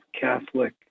Catholic